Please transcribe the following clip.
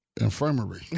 infirmary